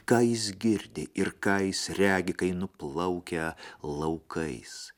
ką jis girdi ir ką jis regi kai nuplaukia laukais